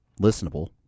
listenable